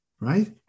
right